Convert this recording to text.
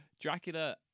Dracula